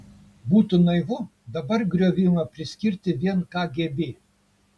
būtų naivu dabar griovimą priskirti vien kgb